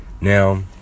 Now